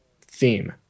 theme